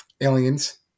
aliens